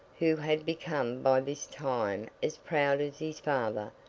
who had become by this time as proud as his father,